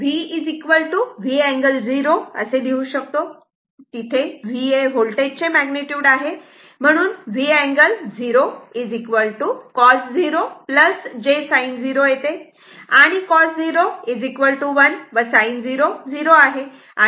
आता आपण V V angle 0 असे लिहू शकतो V हे होल्टेज चे मॅग्निट्युड आहे म्हणून V angle 0 cos 0 j sin 0 येते आणि cos 0 1 व sin 0 0 आहे